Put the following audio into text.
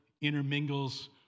intermingles